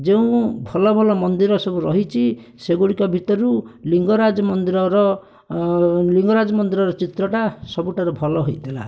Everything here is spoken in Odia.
ଯେଉଁ ଭଲ ଭଲ ମନ୍ଦିର ସବୁ ରହିଛି ସେଗୁଡ଼ିକ ଭିତରୁ ଲିଙ୍ଗରାଜ ମନ୍ଦିରର ଲିଙ୍ଗରାଜ ମନ୍ଦିରର ଚିତ୍ରଟା ସବୁଠାରୁ ଭଲ ହୋଇଥିଲା